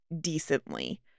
decently